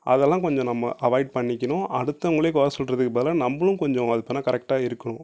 அதெல்லாம் கொஞ்சம் நம்ம அவாய்ட் பண்ணிக்கணும் அடுத்தவர்களையே குறை சொல்கிறதுக்கு பதிலாக நம்மளும் கொஞ்சம் அதுபோல் கரெக்டாக இருக்கும்